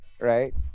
right